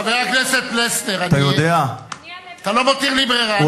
חבר הכנסת פלסנר, אתה לא מותיר לי ברירה.